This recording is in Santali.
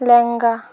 ᱞᱮᱸᱜᱟ